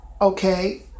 okay